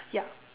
yup